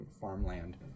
farmland